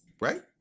right